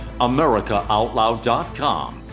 AmericaOutLoud.com